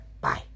Bye